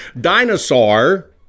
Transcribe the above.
Dinosaur